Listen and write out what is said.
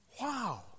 wow